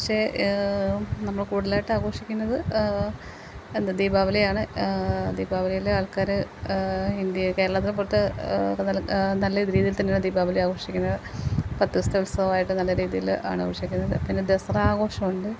പക്ഷെ നമ്മൾ കൂടുതലായിട്ട് ആഘോഷിക്കുന്നന്നത് എന്ത് ദീപാവലിയാണ് ദീപാവലിയിൽ ആൾക്കാർ ഇന്ത്യയിൽ കേരളത്തിനു പുറത്ത് ഇപ്പോൾ നല്ല നല്ല രീതിയിൽ തന്നെയാണ് ദീപാവലി ആഘോഷി ത് പത്തു ദിവസത്തെ ഉത്സവമായിട്ട് നല്ല രീതിയിൽ ആണ് ആഘോഷിക്കുന്നത് പിന്നെ ദസ്റാഘോഷവുമുണ്ട്